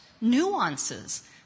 nuances